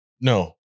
No